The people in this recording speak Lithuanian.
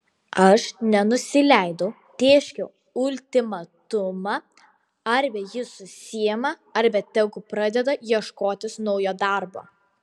aš nenusileidau tėškiau ultimatumą arba jis susiima arba tegu pradeda ieškotis naujo darbo